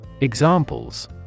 Examples